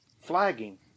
flagging